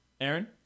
Aaron